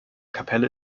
kapelle